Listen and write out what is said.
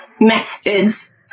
methods